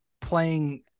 playing